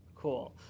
Cool